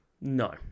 No